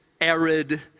arid